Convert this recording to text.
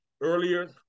earlier